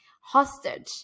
hostage